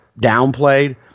downplayed